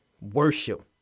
Worship